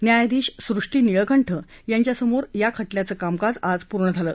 न्यायाधीश सृष्टी निळकंठ यांच्यासमोर खटल्याचं कामकाज आज पूर्ण झालं